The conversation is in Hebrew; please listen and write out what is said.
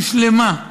הושלמה.